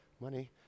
money